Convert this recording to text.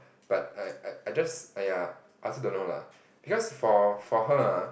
but I I I just !aiya! I also don't know lah because for for her ah